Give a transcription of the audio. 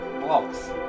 Blocks